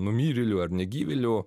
numirėlių ar negyvėlių